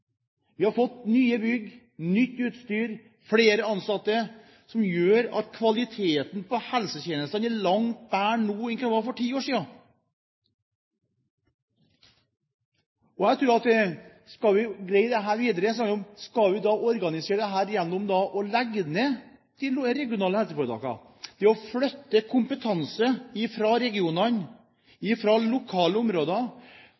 Vi har fått nye bygg, nytt utstyr og flere ansatte, som gjør at kvaliteten på helsetjenestene er langt bedre nå enn de var for ti år siden. For å greie dette videre, skal vi da organisere dette gjennom å legge ned de regionale helseforetakene, flytte kompetanse fra regionene, fra lokale områder,